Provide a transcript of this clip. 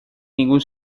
ningún